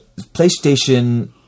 PlayStation